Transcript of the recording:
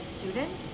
students